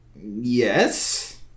Yes